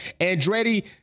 Andretti